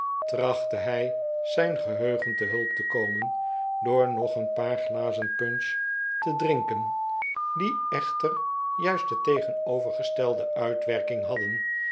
trachtte hij zijn geheugen te hulp te komen door nog een paar glazen punch te drinken die f ww piiiiiii iu pickwick in een vreemden toestand echter juist de tegenovergestelde uitwerking hadden